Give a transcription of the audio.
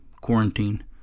quarantine